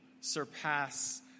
surpass